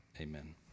amen